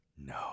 No